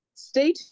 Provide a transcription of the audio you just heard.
Stay